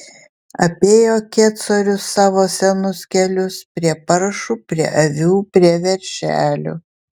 apėjo kecorius savo senus kelius prie paršų prie avių prie veršelių